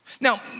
Now